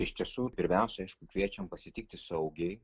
iš tiesų pirmiausia aišku kviečiam pasitikti saugiai